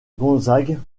gonzague